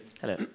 Hello